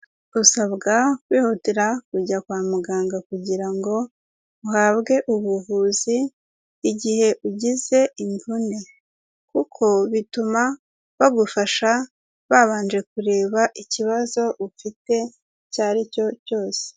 Usabwa kwihutira kujya kwa muganga kugira ngo uhabwe ubuvuzi igihe ugize imvune, kuko bituma bagufasha babanje kureba ikibazo ufite icyo ari cyo cyose.